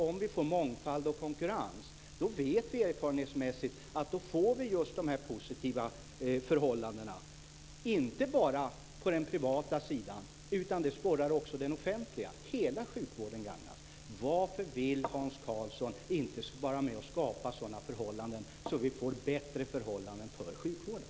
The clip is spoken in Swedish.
Om vi får mångfald och konkurrens vet vi erfarenhetsmässigt att vi inte bara får just de här positiva förhållandena på den privata sidan, utan det sporrar också den offentliga - hela sjukvården gagnas. Varför vill Hans Karlsson inte vara med och skapa sådana förhållanden så att vi får bättre förhållanden för sjukvården?